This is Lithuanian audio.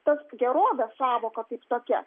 ta gerovės sąvoka kaip tokia